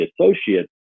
associates